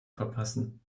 verpassen